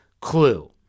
clue